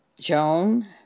Joan